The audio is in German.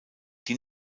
die